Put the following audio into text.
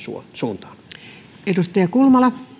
suuntaan